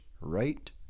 right